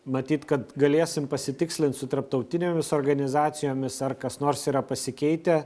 matyt kad galėsim pasitikslint su tarptautinėmis organizacijomis ar kas nors yra pasikeitę